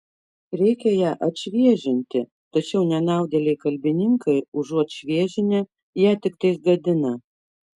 reikia ją atšviežinti tačiau nenaudėliai kalbininkai užuot šviežinę ją tiktai gadina